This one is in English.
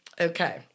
Okay